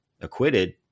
acquitted